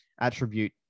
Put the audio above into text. attribute